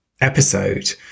episode